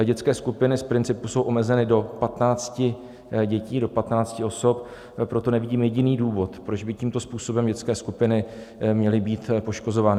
Dětské skupiny z principu jsou omezeny do 15 dětí, do 15 osob, proto nevidím jediný důvod, proč by tímto způsobem dětské skupiny měly být poškozovány.